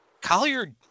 Collier